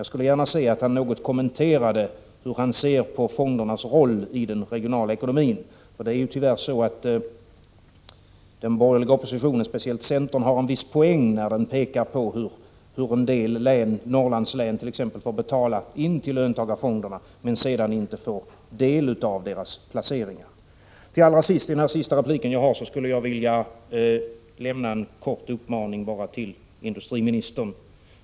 Jag skulle gärna se att han något kommenterade hur han ser på fondernas roll i den regionala ekonomin. Det är ju tyvärr så, att den borgerliga oppositionen, speciellt centern, har en viss poäng när den pekar på hur en del län, t.ex. Norrlandslän, får betala in till löntagarfonderna men sedan inte får del av deras placeringar. Allra sist i denna sista replik som jag har skulle jag vilja ge en kort uppmaning till industriministern.